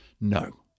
No